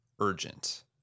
urgent